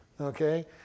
Okay